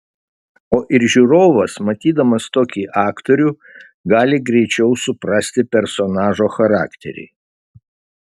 o ir žiūrovas matydamas tokį aktorių gali greičiau suprasti personažo charakterį